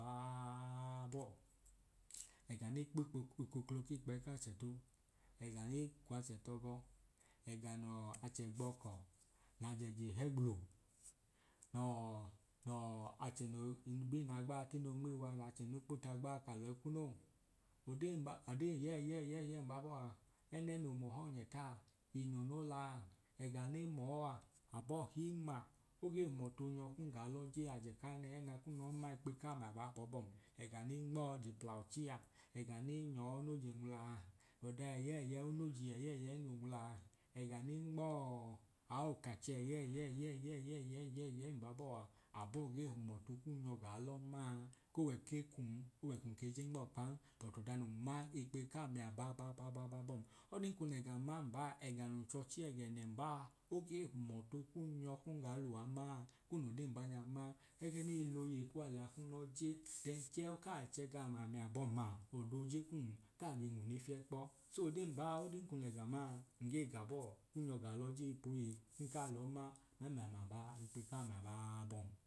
Aaabọọ ẹga ne kp’ikoklo k’ikpẹyi k’achẹ tu, ẹga ne kw’ achẹ t’ọgọ, ẹga nọọ achẹ gbọkọ n’ajẹ je hẹ gblu nọọ nọọ achẹ no bii n’agba tino nmiiwa ml’achẹ ne kpo t’agbaa kalọ i kwu non. Odee mbaa odee ẹyẹyẹyẹyẹyẹyẹi mbabọa, ẹnẹ no m’ohọnyẹtaa, inu no laa, ẹga ne mọọ aa abọọ him aa ogee hum ọtu onyọ kun gaa lọ je aje kai nehe nya kun lọọ ma ikpeyi kaami abaabọbọim ẹga ne nmọọ je pla ọchi aa, ẹga ne nyọọ noo je nwulaa, ọda ẹyẹyẹi unoji ẹyẹyẹi no nwulaa ẹga ne nmọọ, aokachẹ ẹyẹyẹyẹyẹyẹyẹi mbabọọa, abọọ ge hum ọtu kun nyọ gaa lọ maan ko wẹ ke kum ko wẹ kun ke je nm’ọọkpan but ọda nun ma ikpeyi kami ababababọm. Ọdin kun lẹga ma mbaa ẹga nun chọchi ẹg’ẹnẹ mbaa oge hum ọtu kun nyọ kun gaa luwa ma, kun lodee mbanya ma, ẹgẹ nei loyei kuwa lẹya kun lọ je then chẹ okaa chegam ami abọm aa ọdoo je kum kaa be nwune fiẹ kpọ, so odee mbaa ọdin kun lẹga ma nge ga bọọ kun nyọ gaa lọje ipoyei kun kaa lọ ma memle mia baa ikpeyi kaami abaabom